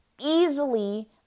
easily